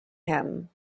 him